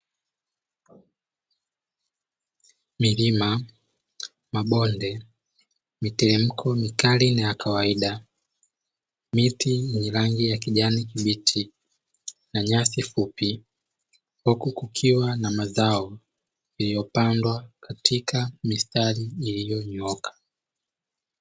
Milima, mabonde, mitirimiko mikali na ya kawaida, miti yenye rangi ya kijani kibichi na nyasi fupi huku kukiwa na mazao yaliyopandwa katika mistari iliyonyooka.